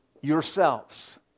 yourselves